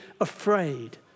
afraid